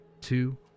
Two